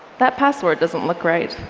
that password doesn't look right.